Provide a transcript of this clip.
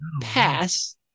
pass